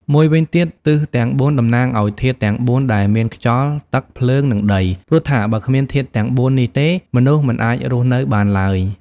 មួយវិញទៀតទិសទាំង៤ តំណាងឱ្យធាតុទាំង៤ ដែលមានខ្យល់ ទឹក ភ្លើង និងដី ព្រោះថាបើគ្មានធាតុទាំង ៤នេះទេ មនុស្សមិនអាចរស់នៅបានឡើយ ។